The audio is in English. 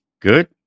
Good